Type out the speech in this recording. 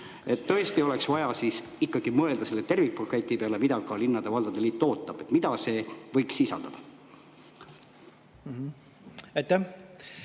Tõesti oleks vaja ikkagi mõelda selle tervikpaketi peale, mida ka linnade ja valdade liit ootab. Mida see võiks sisaldada?